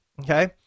okay